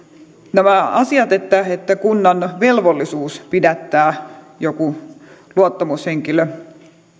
tämä asia että kunnalla on velvollisuus pidättää joku luottamushenkilö